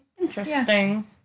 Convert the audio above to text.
Interesting